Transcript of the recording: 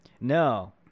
No